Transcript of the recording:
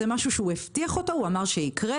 זה משהו שהוא הבטיח, הוא אמר שיקרה.